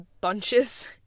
bunches